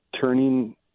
turning